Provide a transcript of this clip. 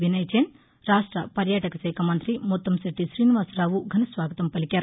విసయ్చంద్ రాష్ట పర్యాటక శాఖ మంత్రి ముత్తంశెట్లి శ్రీనివాసరావు స్వాగతం పలికారు